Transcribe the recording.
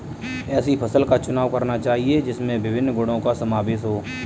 ऐसी फसल का चुनाव करना चाहिए जिसमें विभिन्न गुणों का समावेश हो